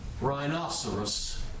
rhinoceros